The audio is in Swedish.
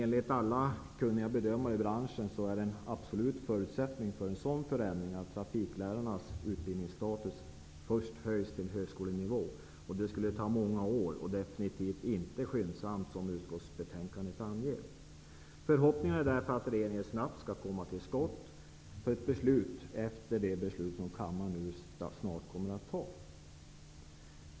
Enligt alla kunniga bedömare i branschen är en absolut förutsättning för en sådan förändring att trafiklärarnas utbildningsstatus först höjs till högskolenivå. Det skulle ta många år och definitivt inte ske skyndsamt, såsom anges i utskottsbetänkandet. Förhoppningen är därför att regeringen snabbt skall komma till skott och fatta ett beslut efter det beslut som kammaren nu skall fatta.